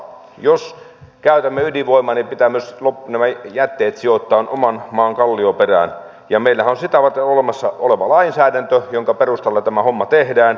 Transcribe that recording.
jos käytämme ydinvoimaa niin pitää myös nämä jätteet sijoittaa oman maan kallioperään ja meillähän on sitä varten olemassa lainsäädäntö jonka perusteella tämä homma tehdään